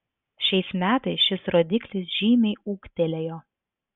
šiais metais šis rodiklis žymiai ūgtelėjo